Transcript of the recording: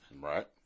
Right